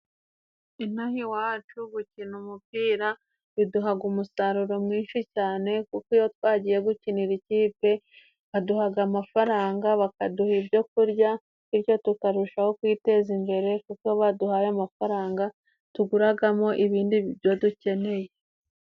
Inaha iwacu gukina umupira biduhaga umusaruro mwinshi cyane, kuko iyo twagiye gukinira ikipe baduhaga amafaranga, bakaduha ibyo kurya, bityo tukarushaho kwiteza imbere kuko baduhaye amafaranga tuguragamo ibindi byo dukeneye.